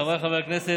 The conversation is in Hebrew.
חבריי חברי הכנסת,